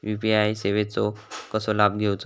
UPI सेवाचो कसो लाभ घेवचो?